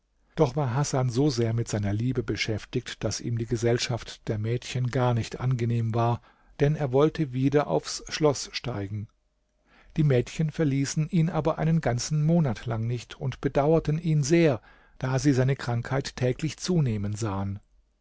doch war hasan so sehr mit seiner liebe beschäftigt daß ihm die gesellschaft der mädchen gar nicht angenehm war denn er wollte wieder aufs schloß steigen die mädchen verließen ihn aber einen ganzen monat lang nicht und bedauerten ihn sehr da sie seine krankheit täglich zunehmen sahen